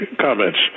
comments